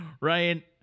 Ryan